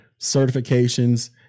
certifications